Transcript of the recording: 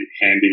handy